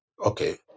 Okay